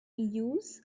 use